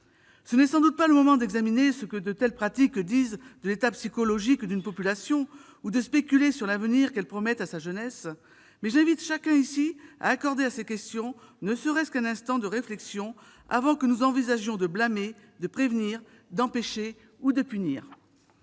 Ce n'est sans doute pas le moment d'examiner ce que de telles pratiques disent de l'état psychologique d'une population ou de spéculer sur l'avenir qu'elles promettent à sa jeunesse, mais j'invite chacun ici à accorder à ces questions ne serait-ce qu'un instant de réflexion, avant que nous envisagions de blâmer, de prévenir, d'empêcher ou de punir.